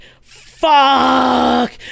fuck